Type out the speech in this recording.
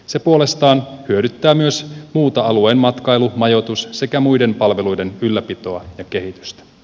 se puolestaan hyödyttää myös muuta alueen matkailu majoitus sekä muiden palveluiden ylläpitoa ja kehitystä